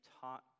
taught